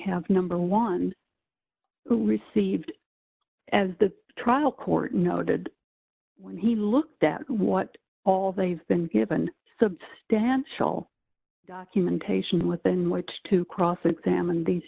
have number one who received as the trial court noted when he looked at what all they've been given so stanch all documentation within which to cross examine these